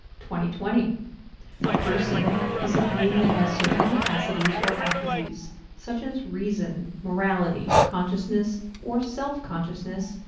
twenty twenty a person is a being that has certain capacities or attributes such as reason, morality, consciousness, or self-consciousness,